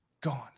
gone